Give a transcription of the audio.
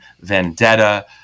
vendetta